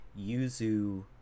yuzu